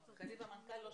זה בינם לבין משרד הקליטה.